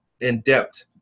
in-depth